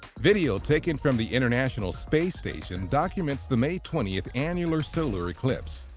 video taken from the international space station documents the may twenty annular solar eclipse.